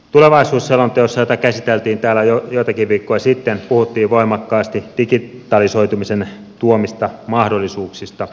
tulevaisuusselonteossa jota käsiteltiin täällä jo joitakin viikkoja sitten puhuttiin voimakkaasti digitalisoitumisen tuomista mahdollisuuksista suomelle